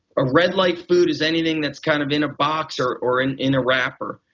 a red light food is anything that's kind of in a box or or in in a wrapper.